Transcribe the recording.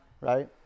Right